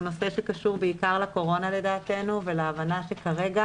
לדעתנו הוא נושא שקשור בעיקר לקורונה ולהבנה שכרגע